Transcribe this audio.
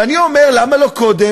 ואני אומר, למה לא קודם?